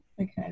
Okay